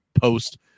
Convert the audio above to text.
post